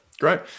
great